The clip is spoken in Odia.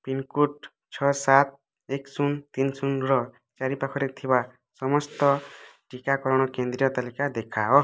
ପିନ୍କୋଡ଼୍ ଛଅ ସାତ ଏକ ଶୂନ ତିନି ଶୂନର ଚାରିପାଖରେ ଥିବା ସମସ୍ତ ଟିକାକରଣ କେନ୍ଦ୍ରର ତାଲିକା ଦେଖାଅ